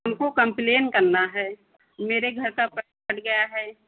हमको कंप्लेन करना है मेरे घर का पैप फट गया है